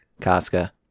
Casca